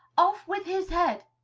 off with his head!